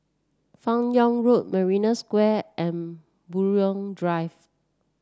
Fan Yoong Road Marina Square and Buroh Drive